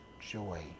joy